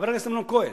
חבר הכנסת אמנון כהן,